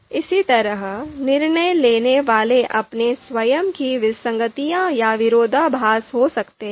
इसी तरह निर्णय लेने वाले अपने स्वयं की विसंगतियां या विरोधाभास हो सकते हैं